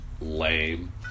Lame